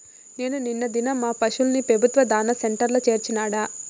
నేను నిన్న దినం మా పశుల్ని పెబుత్వ దాణా సెంటర్ల చేర్చినాడ